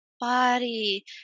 body